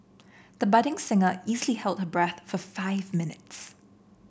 the budding singer easily hold her breath for five minutes